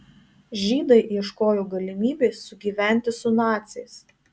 žydai ieškojo galimybės sugyventi su naciais